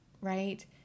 right